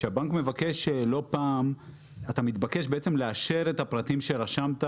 לא פעם לאשר את הפרטים שהבן אדם רשם,